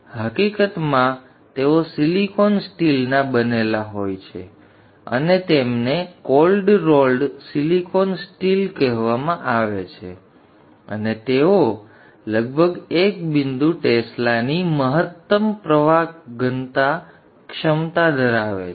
હકીકતમાં તેઓ સિલિકોન સ્ટીલના બનેલા હોય છે અને તેમને કોલ્ડ રોલ્ડ સિલિકોન સ્ટીલ કહેવામાં આવે છે અને તેઓ લગભગ એક બિંદુ ટેસ્લા ની મહત્તમ પ્રવાહ ઘનતા ક્ષમતા ધરાવે છે